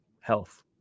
Health